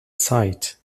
site